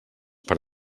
per